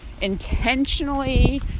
intentionally